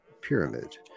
pyramid